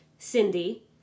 cindy